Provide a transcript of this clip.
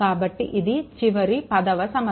కాబట్టి ఇది చివరి 10వ సమస్య